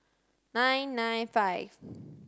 nine nine five